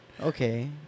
okay